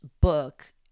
book